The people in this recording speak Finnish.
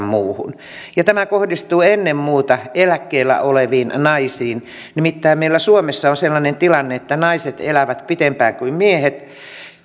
muuhun tämä kohdistuu ennen muuta eläkkeellä oleviin naisiin nimittäin meillä suomessa on sellainen tilanne että naiset elävät pitempään kuin miehet